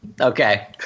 okay